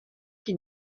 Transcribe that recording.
qui